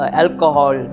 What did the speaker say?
alcohol